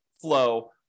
flow